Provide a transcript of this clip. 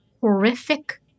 horrific